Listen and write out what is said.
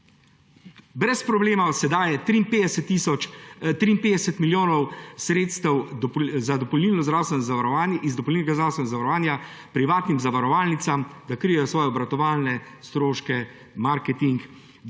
Brez problema se daje 53 milijonov evrov sredstev iz dopolnilnega zdravstvenega zavarovanja privatnim zavarovalnicam, da krijejo svoje obratovalne stroške, marketing,